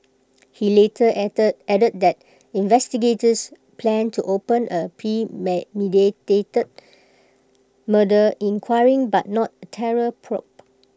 he later add added that investigators planned to open A premeditated murder inquiry but not A terror probe